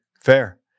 Fair